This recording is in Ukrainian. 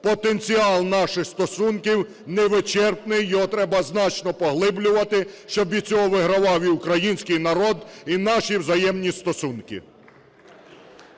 Потенціал наших стосунків невичерпний, його треба значно поглиблювати, щоб від цього вигравав і український народ, і наші взаємні стосунки.